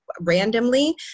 randomly